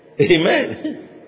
Amen